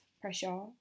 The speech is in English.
pressure